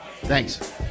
Thanks